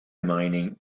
mining